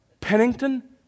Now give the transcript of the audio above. Pennington